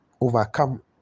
overcome